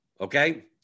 Okay